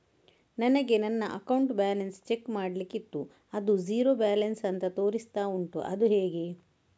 ನನಗೆ ನನ್ನ account balance check ಮಾಡ್ಲಿಕ್ಕಿತ್ತು ಅದು ಝೀರೋ ಬ್ಯಾಲೆನ್ಸ್ ಅಂತ ತೋರಿಸ್ತಾ ಉಂಟು ಅದು ಹೇಗೆ?